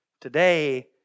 Today